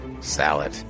salad